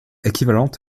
équivalente